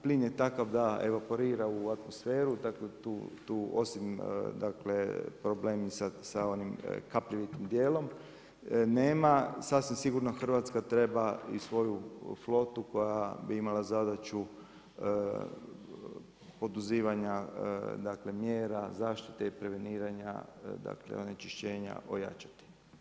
Plin je takav da evaporira u atmosferu, dakle tu osim problema sa onim kapljivitim dijelom nema. sasvim sigurno Hrvatska treba i svoju flotu koja bi imala zadaću poduzimanja mjera zaštite i preveniranja onečišćenja ojačati.